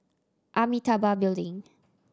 Amitabha Building